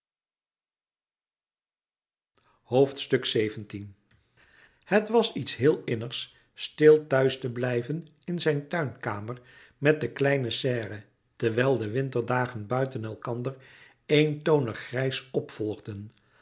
het was iets heel innigs stil thuis te blijven in zijn tuinkamer met de kleine serre terwijl de winterdagen buiten elkander eentonig grijs opvolgden